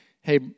hey